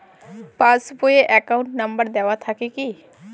Pass বই এ account number দেওয়া থাকে কি?